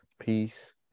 peace